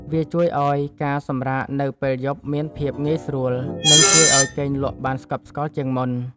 វាជួយឱ្យការសម្រាកនៅពេលយប់មានភាពងាយស្រួល និងជួយឱ្យគេងលក់បានស្កប់ស្កល់ជាងមុន។